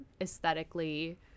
aesthetically